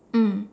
mm